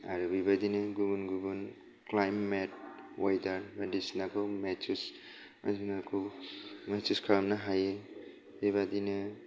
आरो बे बायदिनो गुबुन गुबुन क्लाइमेट अवेडार बायदि सिनाखौ मेट्चेस खालामनो हायो बे बायदिनो